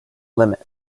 limits